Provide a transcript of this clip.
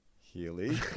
Healy